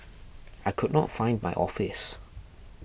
I could not find my office